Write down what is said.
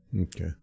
Okay